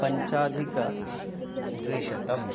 पञ्चाधिकद्विशतम्